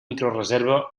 microreserva